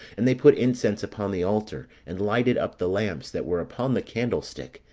and they put incense upon the altar, and lighted up the lamps that were upon the candlestick,